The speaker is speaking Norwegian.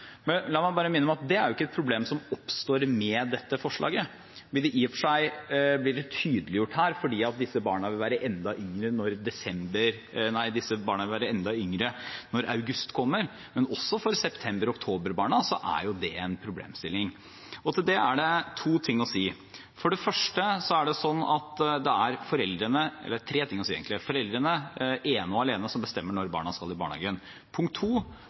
La meg bare minne om at det ikke er et problem som oppstår med dette forslaget, men i og for seg blir det tydeliggjort her fordi disse barna vil være enda yngre når august kommer, men også for september- og oktoberbarna er dette en problemstilling. Til det er det tre ting å si. For det første er det foreldrene som ene og alene bestemmer når barna skal i barnehagen. For det andre: Vi er også veldig klare på fra departementets side at kommunene også er